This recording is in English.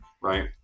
right